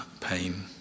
pain